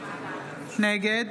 נגד